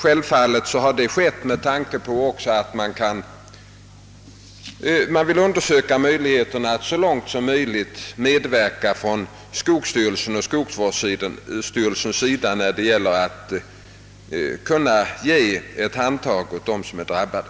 Självfallet har detta skett därför att skogsstyrelsen vill undersöka möjligheterna att så långt som möjligt medverka, när det gäller att ge ett handtag åt dem som är drabbade.